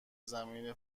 زمین